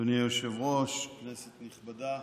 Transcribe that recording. אדוני היושב-ראש, כנסת נכבדה,